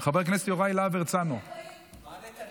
חבר הכנסת יוראי להב הרצנו, נוכח.